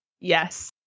Yes